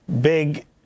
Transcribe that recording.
big